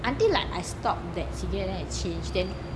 until like I stopped that cigarettte then I changed then